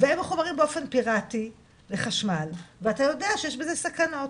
והם מחוברים באופן פירטי לחשמל ואתה יודע שיש בזה סכנות